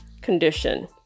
condition